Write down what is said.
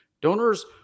Donors